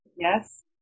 Yes